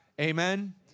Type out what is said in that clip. Amen